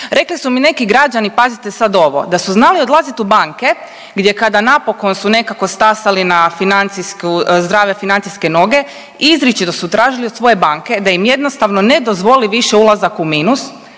Rekli su mi neki građani, pazite sad ovo, da su znali odlaziti u banke gdje kada napokon su nekako stasali na financijsku, zdrave financijske noge izričito su tražili od svoje banke da im jednostavno ne dozvoli više ulazak u minus